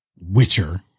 witcher